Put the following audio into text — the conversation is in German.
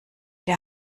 der